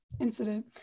incident